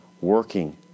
working